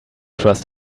trust